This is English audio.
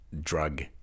drug